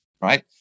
Right